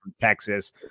Texas